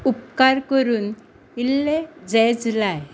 उपकार करून इल्लें जॅझ लाय